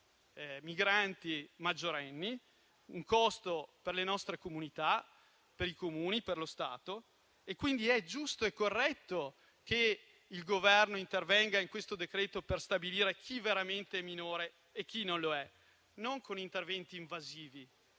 migranti maggiorenni, un costo per le nostre comunità, per i Comuni e per lo Stato e quindi è giusto e corretto che il Governo intervenga in questo decreto per stabilire chi veramente è minore e chi non lo è. Questo, fra l'altro,